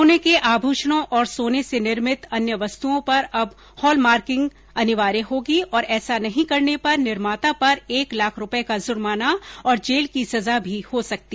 सोने के आभूषणों और सोने से निर्मित अन्य वस्तुओ पर अब हॉलमार्किंग अनिवार्य होगी और ऐसा नहीं करने पर निर्माता पर एक लाख रुपए का जुर्माना और जेल की सजा भी हो सकेगी